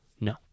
No